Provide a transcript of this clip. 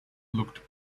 looked